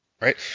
Right